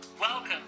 Welcome